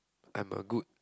I'm a good